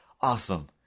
Awesome